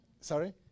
Sorry